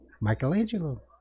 Michelangelo